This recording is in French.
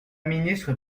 ministre